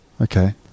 Okay